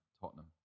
Tottenham